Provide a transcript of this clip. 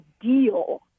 deal